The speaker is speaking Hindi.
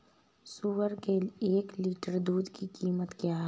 सुअर के एक लीटर दूध की कीमत क्या है?